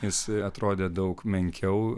jis atrodė daug menkiau